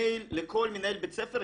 מייל לכל מנהל בית ספר,